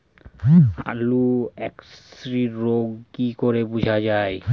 আলুর এক্সরোগ কি করে বোঝা যায়?